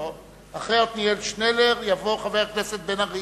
אחרי עתניאל שנלר יבוא חבר הכנסת בן-ארי.